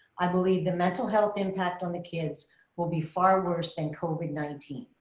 i believe the mental health impact on the kids will be far worse than covid nineteen.